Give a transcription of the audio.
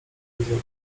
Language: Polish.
drogą